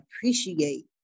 appreciate